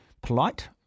polite